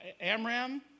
Amram